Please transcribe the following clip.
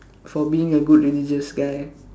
for being a good religious guy